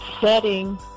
setting